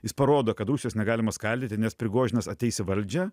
jis parodo kad rusijos negalima skaldyti nes prigožinas ateis į valdžią